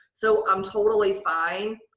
so, i'm totally fine.